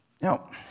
Now